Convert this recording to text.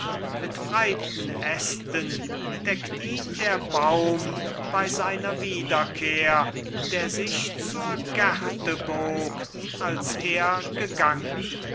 mit breiten ästen deckt ihn der baum bei seiner wiederkehr der sich zur gerte bog als er gegangen